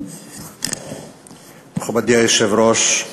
מכובדי היושב-ראש,